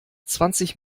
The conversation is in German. zwanzig